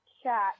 chat